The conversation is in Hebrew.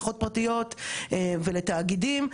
נמצאים בקשר מאוד רציף עם כל עובד ועובד,